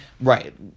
Right